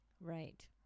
Right